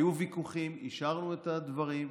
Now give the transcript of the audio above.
היו ויכוחים, יישרנו את הדברים,